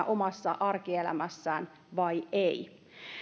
omassa arkielämässään vai ei